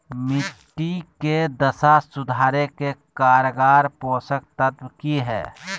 मिट्टी के दशा सुधारे के कारगर पोषक तत्व की है?